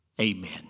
amen